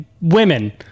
women